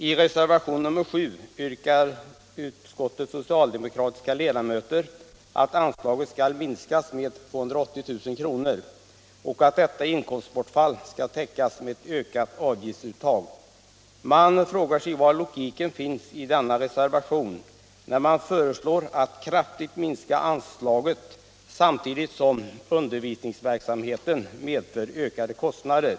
I reservation nr 7 yrkar utskottets socialdemokratiska ledamöter att anslaget skall minskas med 280 000 och att detta inkomstbortfall skall täckas med ett ökat avgiftsuttag. Man frågar sig var logiken finns i denna reservation, som föreslår att kraftigt minska anslaget samtidigt som undervisningsverksamheten medför ökade kostnader.